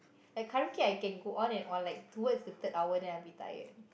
like karaoke I can go on and on like towards the third hour then I will be tired